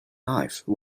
life